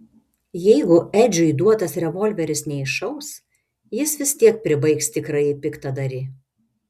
jeigu edžiui duotas revolveris neiššaus ji vis tiek pribaigs tikrąjį piktadarį